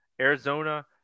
Arizona